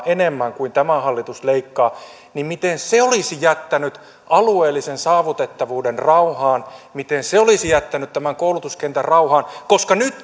enemmän kuin tämä hallitus leikkaa olisi jättänyt alueellisen saavutettavuuden rauhaan miten se olisi jättänyt tämän koulutuskentän rauhaan koska nyt